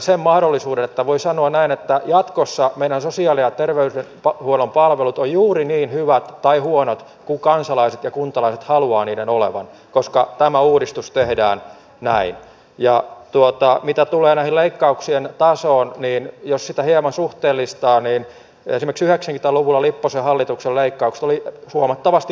sen sijaan että jatkossa meidän sosiaali ja terveysetpa vuoden palvelu hallitus olisi pyrkinyt jatkokehittämään nuorisotakuuta viime hallituskauden toimintamallien ja kokemusten pohjalta päätti hallitus nuorisotakuun rahoituksen leikkaamisesta ja korvaamisesta uudella yhteisötakuulla vieläpä sellaisella rahoituksella joka koko hallituskauden aikana vastaa vain kuudesosaa siitä mitä edellisen kauden nuorisotakuun vuosittainen rahoitus oli